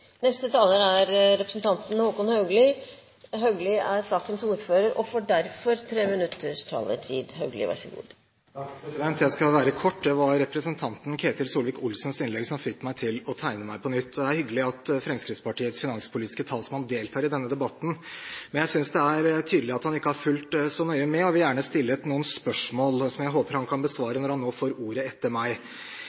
Neste taler er representanten Håkon Haugli – Haugli er sakens ordfører og får derfor 3 minutters taletid. Jeg skal være kort. Det var representanten Ketil Solvik-Olsens innlegg som fikk meg til å tegne meg på nytt. Det er hyggelig at Fremskrittspartiets finanspolitiske talsmann deltar i denne debatten, men jeg synes det er tydelig at han ikke har fulgt så nøye med, og vil gjerne stille noen spørsmål som jeg håper han kan